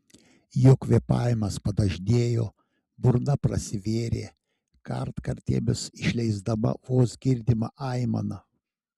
jo kvėpavimas padažnėjo burna prasivėrė kartkartėmis išleisdama vos girdimą aimaną